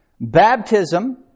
baptism